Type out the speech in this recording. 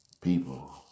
people